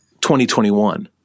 2021